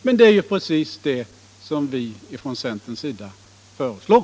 Men det är ju precis det som vi från centerns sida föreslår.